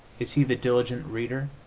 is he the diligent reader,